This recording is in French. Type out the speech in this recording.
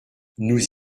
nous